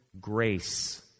grace